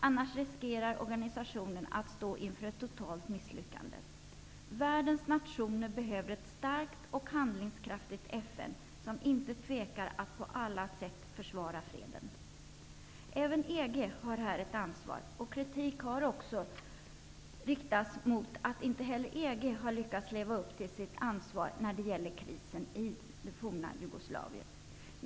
Annars riskerar organisationen att stå inför ett totalt misslyckande. Världens nationer behöver ett starkt och handlingskraftigt FN som inte tvekar att på alla sätt försvara freden. Även EG har här ett ansvar, och kritik har också riktats mot att inte heller EG har lyckats leva upp till sitt ansvar när det gäller krisen i det forna Jugoslavien.